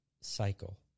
cycle